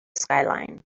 skyline